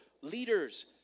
leaders